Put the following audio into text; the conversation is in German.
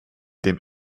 dem